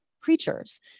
creatures